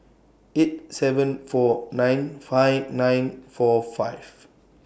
eight seven four nine five nine four five